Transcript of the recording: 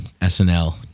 SNL